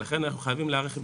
ולכן אנחנו חייבים להיערך.